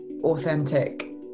authentic